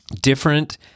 different